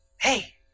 hey